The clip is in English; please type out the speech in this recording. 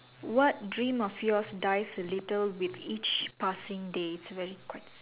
what dream of yours dies a little with each passing day it's really quite